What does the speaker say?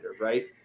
right